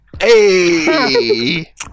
Hey